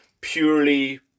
purely